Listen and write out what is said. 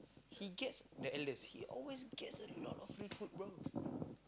he gets the eldest he always gets a lot of free food bro